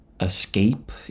escape